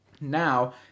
Now